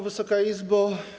Wysoka Izbo!